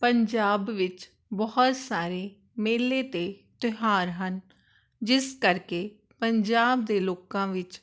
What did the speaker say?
ਪੰਜਾਬ ਵਿੱਚ ਬਹੁਤ ਸਾਰੇ ਮੇਲੇ ਅਤੇ ਤਿਓਹਾਰ ਹਨ ਜਿਸ ਕਰਕੇ ਪੰਜਾਬ ਦੇ ਲੋਕਾਂ ਵਿੱਚ